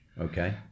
Okay